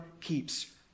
keeps